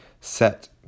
set